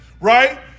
right